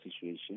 situation